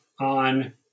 on